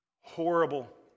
Horrible